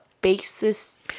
basis